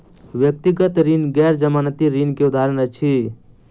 व्यक्तिगत ऋण गैर जमानती ऋण के उदाहरण अछि